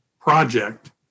project